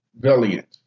valiant